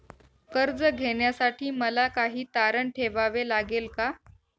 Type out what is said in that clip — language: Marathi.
कर्ज घेण्यासाठी मला काही तारण ठेवावे लागेल का?